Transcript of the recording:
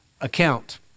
account